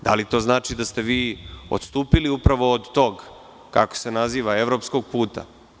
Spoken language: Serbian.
Da li to znači da ste vi odstupili upravo od tog, kako se naziva, evropskog puta?